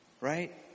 Right